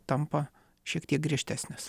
tampa šiek tiek griežtesnės